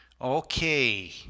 Okay